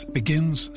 begins